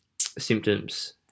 symptoms